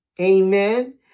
Amen